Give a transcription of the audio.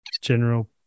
general